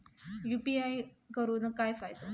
UPI करून काय फायदो?